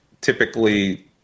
typically